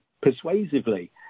persuasively